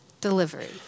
delivery